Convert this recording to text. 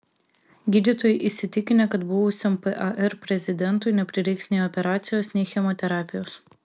gydytojai įsitikinę kad buvusiam par prezidentui neprireiks nei operacijos nei chemoterapijos